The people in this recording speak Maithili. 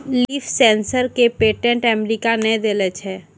लीफ सेंसर क पेटेंट अमेरिका ने देलें छै?